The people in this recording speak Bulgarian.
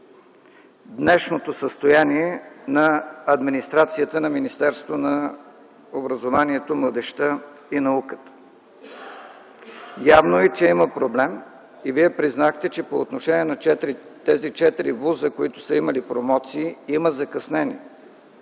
днешното състояние на администрацията на Министерството на образованието, младежта и науката. Явно е, че има проблем и Вие признахте, че по отношение на тези четири ВУЗ-а, които са имали промоции, има закъснение.